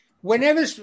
Whenever